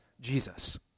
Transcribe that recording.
Jesus